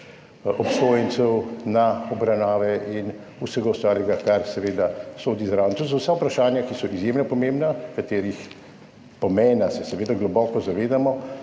obsojencev na obravnave in vsega ostalega, kar seveda sodi zraven. To so vprašanja, ki so vsa izjemno pomembna in katerih pomena se seveda globoko zavedamo.